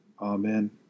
Amen